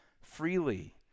freely